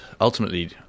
ultimately